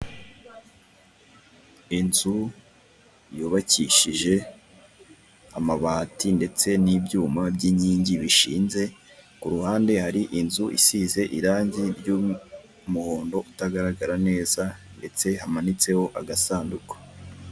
Inzu yubakishije amabati ndetse n'ibyuma byinyingi bishinze kuruhande hari inzu isize irangi ry'umuhondo utagaragara neza ndetse hamanitseho agasanduku.